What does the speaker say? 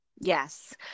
Yes